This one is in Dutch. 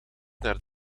naar